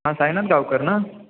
हां साईनाथ गावकर ना